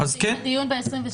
אני שואלת לגבי הדיון ב-22.